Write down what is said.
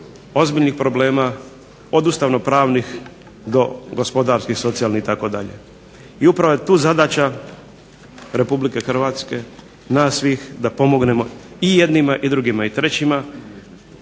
ozbiljnih problema, od ustavnopravnih do gospodarskih, socijalnih itd. I upravo je tu zadaća Republike Hrvatske, nas svih, da pomognemo i jednima i drugima i trećima